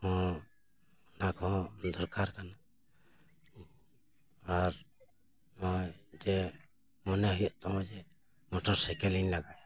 ᱚᱱᱟ ᱠᱚᱦᱚᱸ ᱫᱚᱨᱠᱟᱨ ᱠᱟᱱᱟ ᱟᱨ ᱱᱚᱜᱚᱭ ᱡᱮ ᱢᱚᱱᱮ ᱦᱩᱭᱩᱜ ᱛᱟᱢᱟ ᱡᱮ ᱢᱚᱴᱚᱨ ᱥᱟᱭᱠᱮᱞ ᱤᱧ ᱞᱟᱜᱟᱭᱟ